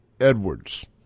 Edwards